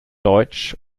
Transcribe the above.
deutsch